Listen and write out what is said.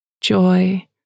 joy